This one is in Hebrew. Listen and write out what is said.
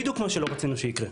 בדיוק כמו שלא רצינו שיקרה.